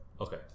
Okay